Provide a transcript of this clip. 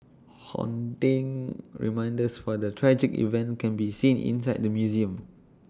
haunting reminders for the tragic event can be seen inside the museum